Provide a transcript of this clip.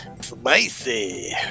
Spicy